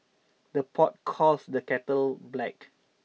the pot calls the kettle black